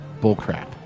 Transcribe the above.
bullcrap